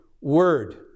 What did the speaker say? word